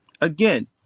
again